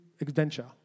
adventure